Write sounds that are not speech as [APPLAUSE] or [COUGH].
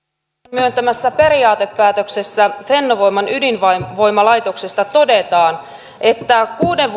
myöntämässä periaatepäätöksessä fennovoiman ydinvoimalaitoksesta todetaan että kuuden [UNINTELLIGIBLE]